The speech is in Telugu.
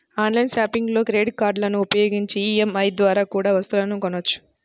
ఆన్లైన్ షాపింగ్లో క్రెడిట్ కార్డులని ఉపయోగించి ఈ.ఎం.ఐ ద్వారా కూడా వస్తువులను కొనొచ్చు